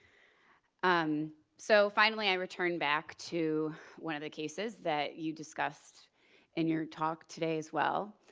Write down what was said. um so finally, i returned back to one of the cases that you discussed in your talk today as well,